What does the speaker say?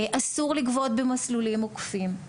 אסור לגבות במסלולים עוקפים.